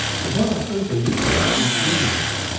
but what on earth are you doing in this wilderness?